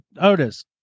Otis